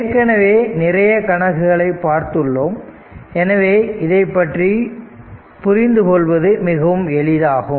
ஏற்கனவே நிறைய கணக்குகளை பார்த்துள்ளோம் எனவே இதைப் பற்றி புரிந்து கொள்வது மிகவும் எளிதாகும்